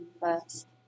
first